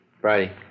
Friday